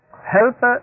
Help